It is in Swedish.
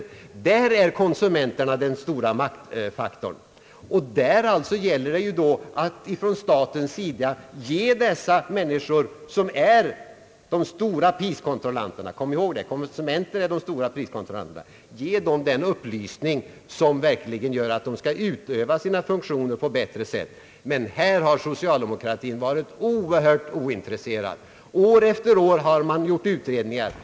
På den punkten är konsumenterna den stora maktfaktorn, och det gäller då från statens sida att ge konsumenterna som är de stora priskontrollanterna, den upplysning som ger dem möjlighet att utöva sina priskontrollerande funktioner på ett bättre sätt. På den punkten har socialdemokratin dock varit synnerligen ointresserad. År efter år har man gjort utredningar.